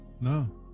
No